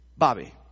Bobby